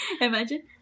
Imagine